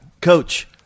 Coach